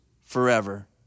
forever